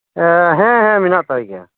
ᱦᱮᱸ ᱦᱮᱸ ᱢᱮᱱᱟᱜ ᱛᱟᱭ ᱜᱮᱭᱟ